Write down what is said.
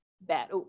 bad